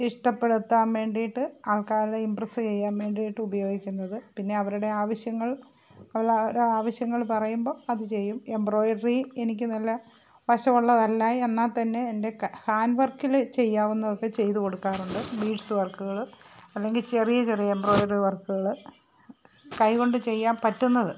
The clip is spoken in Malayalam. ഇഷ്ടപ്പെടുത്താൻ വേണ്ടിയിട്ട് ആൾക്കാരെ ഇമ്പ്രെസ്സ് ചെയ്യാൻ വേണ്ടിയിട്ട് ഉപയോഗിക്കുന്നത് പിന്നെ അവരുടെ ആവശ്യങ്ങൾ ആവശ്യങ്ങൾ പറയുമ്പോൾ അത് ചെയ്യും എംബ്രോയിഡറി എനിക്ക് നല്ല വശമുള്ളതല്ല എന്നാൽ തന്നെ എൻ്റെ ഹാൻഡ്വർക്കിൽ ചെയ്യാവുന്നതൊക്കെ ചെയ്തു കൊടുക്കാറുണ്ട് ബീഡ്സ് വർക്കുകൾ അല്ലെങ്കിൽ ചെറിയ ചെറിയ എംബ്രോയിഡറി വർക്കുകൾ കൈ കൊണ്ട് ചെയ്യാൻ പറ്റുന്നത്